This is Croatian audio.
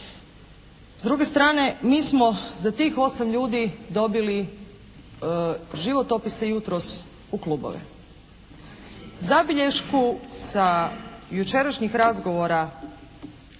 S druge strane mi smo za tih osam ljudi dobili životopise jutros u klubove. Zabilješku sa jučerašnjih razgovora